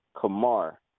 Kamar